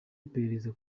iperereza